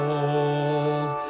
old